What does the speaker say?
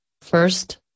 first